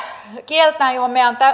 kieltään johon meidän